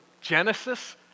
Genesis